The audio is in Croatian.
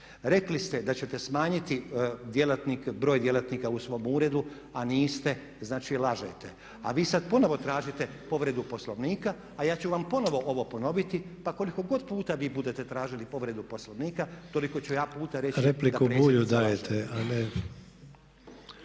Rekli ste da ćete smanjiti broj djelatnika u svom uredu, a niste, znači, lažete a vi sad ponovno tražite povredu Poslovnika a ja ću vam ponovo ovo ponoviti pa koliko god puta vi budete tražili povredu Poslovnika toliko ću ja puta reći da predsjednica